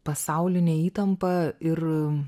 pasaulinė įtampa ir